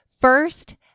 First